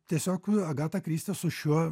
tiesiog agata kristi su šiuo